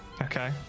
Okay